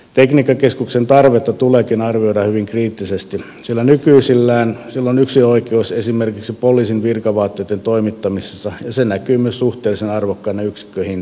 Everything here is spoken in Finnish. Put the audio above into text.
tekniikkakeskuksen tarvetta tuleekin arvioida hyvin kriittisesti sillä nykyisellään sillä on yksinoikeus esimerkiksi poliisin virkavaatteitten toimittamisessa ja se näkyy myös suhteellisen arvokkaina yksikköhintoina